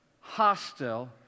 hostile